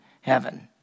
heaven